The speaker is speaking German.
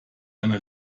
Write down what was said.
eine